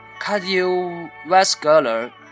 cardiovascular